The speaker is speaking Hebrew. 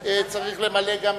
בבקשה.